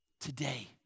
Today